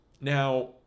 Now